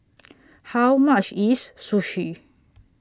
How much IS Sushi